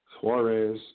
Suarez